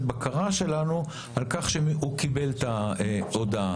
הבקרה שלנו על כך שהוא קיבל את ההודעה.